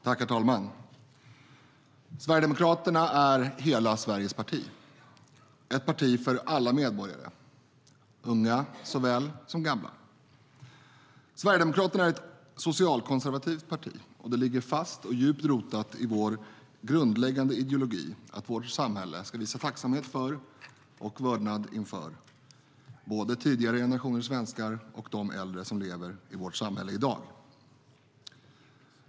Herr talman! Sverigedemokraterna är hela Sveriges parti - ett parti för alla medborgare, unga såväl som gamla. Sverigedemokraterna är ett socialkonservativt parti. Det ligger fast och djupt rotat i vår grundläggande ideologi att vårt samhälle ska visa tacksamhet för och vördnad inför, både tidigare generationer svenskar och de äldre som lever i vårt samhälle i dag.